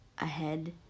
ahead